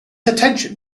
attention